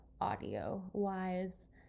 audio-wise